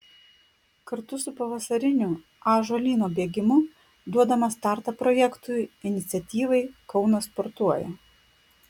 kartu su pavasariniu ąžuolyno bėgimu duodame startą projektui iniciatyvai kaunas sportuoja